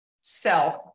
self